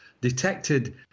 detected